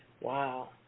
Wow